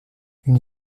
une